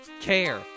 care